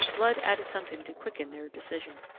blood added something to quicken their decision.